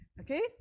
Okay